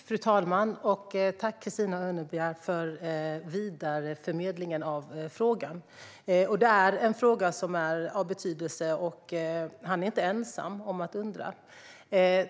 Fru talman! Tack, Christina Örnebjär, för den vidareförmedlade frågan! Frågan är av betydelse, och Sam är inte ensam om att undra.